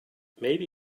maybe